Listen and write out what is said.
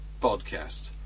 podcast